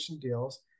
deals